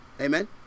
Amen